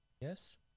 Yes